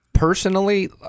Personally